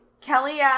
Kelly